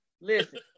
listen